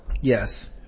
Yes